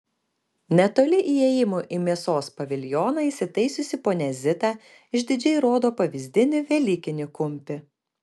netoli įėjimo į mėsos paviljoną įsitaisiusi ponia zita išdidžiai rodo pavyzdinį velykinį kumpį